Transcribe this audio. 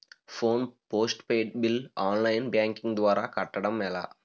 Phone postpaid bill online banking ద్వారా కట్టడం ఎలా?